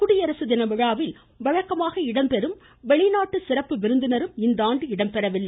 குடியரசு தின விழாவில் வழக்கமாக இடம்பெறும் வெளிநாட்டு சிறப்பு விருந்தினரும் இந்தாண்டு இடம்பெறவில்லை